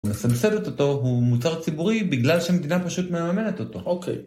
הוא מסבסדת אותו, הוא מוצר ציבורי בגלל שמדינה פשוט מאמנת אותו, אוקיי.